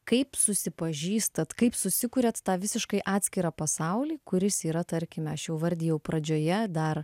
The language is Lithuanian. kaip susipažįstat kaip susikuriat tą visiškai atskirą pasaulį kuris yra tarkime aš jau vardijau pradžioje dar